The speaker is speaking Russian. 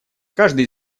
каждый